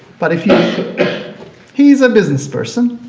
but if you he's a businessperson,